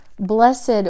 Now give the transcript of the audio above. blessed